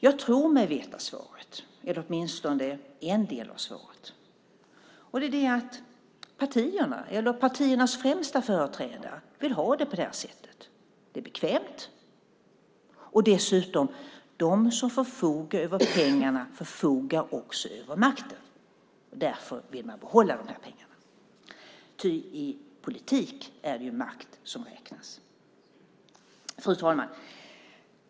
Jag tror mig veta svaret, eller åtminstone en del av svaret. Partierna eller partiernas främsta företrädare vill ha det på det här sättet. Det är bekvämt, och dessutom förfogar de som förfogar över pengarna också över makten. Därför vill man behålla de här pengarna, ty i politik är det ju makt som räknas. Fru talman!